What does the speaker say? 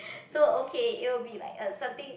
so okay it will be like a something